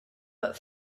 but